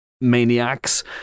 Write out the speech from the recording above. Maniacs